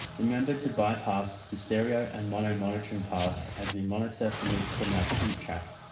remember to bypass the stereo and mono monitoring paths as we monitor the mix from our print track.